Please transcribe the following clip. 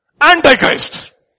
Antichrist